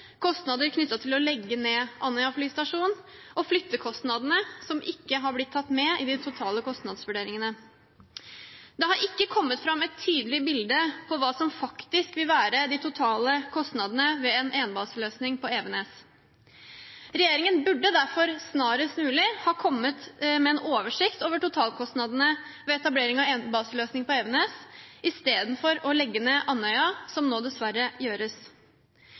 kostnader knyttet til å legge ned Andøya flystasjon og flyttekostnadene, som ikke har blitt tatt med i de totale kostnadsvurderingene. Det har ikke kommet fram et tydelig bilde av hva som faktisk vil være de totale kostnadene ved en enbaseløsning på Evenes. Regjeringen burde derfor snarest mulig ha kommet med en oversikt over totalkostnadene ved etablering av enbaseløsning på Evenes istedenfor å legge ned Andøya, som nå dessverre